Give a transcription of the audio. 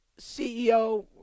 CEO